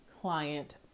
client